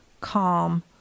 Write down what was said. calm